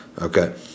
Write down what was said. Okay